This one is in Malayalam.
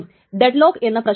ഈ റീഡ് താമസിച്ചാണ് വന്നത്